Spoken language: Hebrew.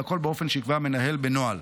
והכול באופן שיקבע מנהל בנוהל.